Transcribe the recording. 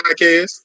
podcast